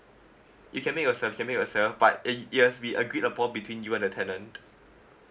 you can make yourself you can make yourself but uh it has been agreed upon between you and the tenant